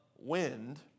Wind